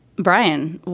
brian.